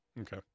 Okay